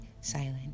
silent